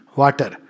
water